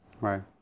Right